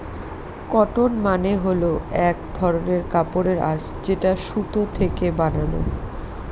cotton মানে হল এক ধরনের কাপড়ের আঁশ যেটা সুতো থেকে বানানো